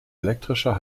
elektrischer